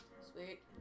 Sweet